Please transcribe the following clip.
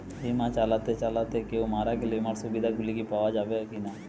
বিমা চালাতে চালাতে কেও মারা গেলে বিমার সুবিধা গুলি পাওয়া যাবে কি না?